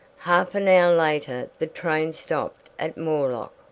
half an hour later the train stopped at moorlock.